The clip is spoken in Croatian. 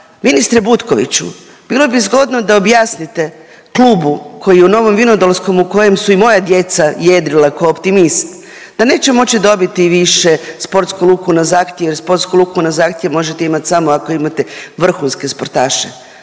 ministre Butkoviću, bilo bi zgodno da objasnite klubu koji je u Novom Vinodolskom, u kojem su i moja djeca jedrila k'o optimist, da neće moći dobiti više sportsku luku na zahtjev, sportsku luku na zahtjev možete imati samo ako imate vrhunske sportaše.